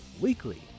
weekly